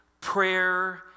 prayer